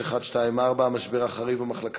מי